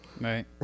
Right